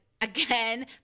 Again